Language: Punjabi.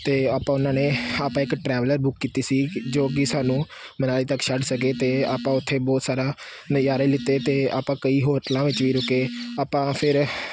ਅਤੇ ਆਪਾਂ ਉਹਨਾਂ ਨੇ ਆਪਾਂ ਇੱਕ ਟਰੈਵਲਰ ਬੁੱਕ ਕੀਤੀ ਸੀ ਜੋ ਕਿ ਸਾਨੂੰ ਮਿਰਾਜ ਤੱਕ ਛੱਡ ਸਕੇ ਅਤੇ ਆਪਾਂ ਉੱਥੇ ਬਹੁਤ ਸਾਰਾ ਨਜ਼ਾਰੇ ਲਿੱਤੇ ਅਤੇ ਆਪਾਂ ਕਈ ਹੋਟਲਾਂ ਵਿੱਚ ਵੀ ਰੁਕੇ ਆਪਾਂ ਫਿਰ